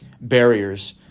barriers